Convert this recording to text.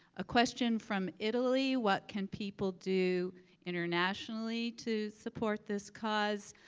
a question from italy what can people do internationally to support this cause,